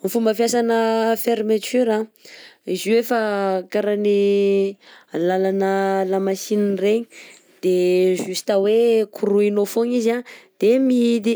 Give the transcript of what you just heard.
Ny fomba fiasana fermeture a: izy io efa karany lalana lamasinina regny de juste hoe koroinao fogna izy a de mihidy,